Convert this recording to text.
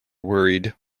worried